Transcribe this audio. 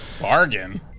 Bargain